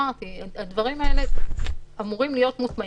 הדברים האלה אמורים להיות מוטמעים,